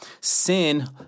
Sin